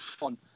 on